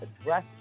address